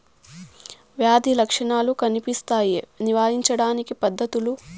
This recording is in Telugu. వ్యాధి లక్షణాలు కనిపిస్తాయి నివారించడానికి పద్ధతులు?